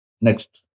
Next